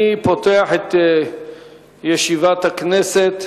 אני פותח את ישיבת הכנסת.